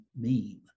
meme